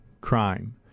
crime